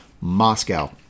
moscow